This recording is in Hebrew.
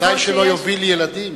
ודאי שלא יוביל ילדים.